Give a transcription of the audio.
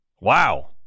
Wow